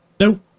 No